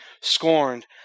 scorned